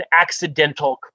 accidental